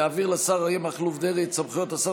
להעביר לשר אריה מכלוף דרעי את סמכויות השר